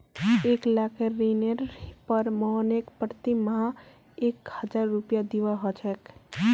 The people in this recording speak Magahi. एक लाखेर ऋनेर पर मोहनके प्रति माह एक हजार रुपया दीबा ह छेक